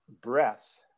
breath